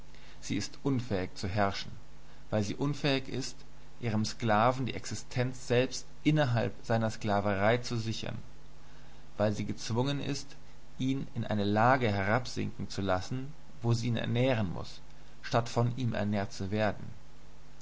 sie ist unfähig zu herrschen weil sie unfähig ist ihrem sklaven die existenz selbst innerhalb seiner sklaverei zu sichern weil sie gezwungen ist ihn in eine lage herabsinken zu lassen wo sie ihn ernähren muß statt von ihm ernährt zu werden